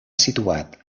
situat